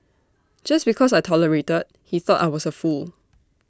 just because I tolerated he thought I was A fool